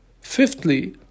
Fifthly